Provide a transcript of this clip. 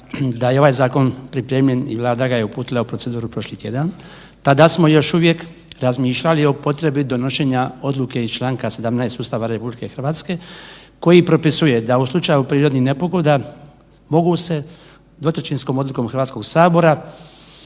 da je ovaj zakon pripremljen i Vlada ga je uputila u proceduru prošli tjedan. Tada smo još uvijek razmišljali o potrebi donošenja odluke iz Članka 17. Ustava RH koji propisuje da u slučaju prirodnih nepogoda mogu se 2/3 odlukom Hrvatskog sabora